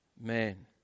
man